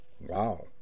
Wow